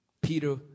Peter